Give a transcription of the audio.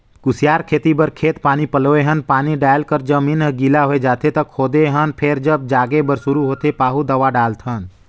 कुसियार खेती बर खेत पानी पलोए हन पानी डायल कर जब जमीन गिला होए जाथें त खोदे हन फेर जब जागे बर शुरू होथे पाहु दवा डालथन